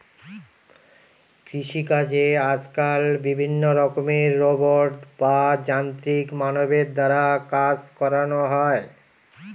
কৃষিকাজে আজকাল বিভিন্ন রকমের রোবট বা যান্ত্রিক মানবের দ্বারা কাজ করানো হয়